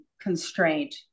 constraint